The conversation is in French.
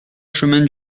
chemin